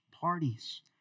parties